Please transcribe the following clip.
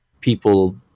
people